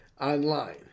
online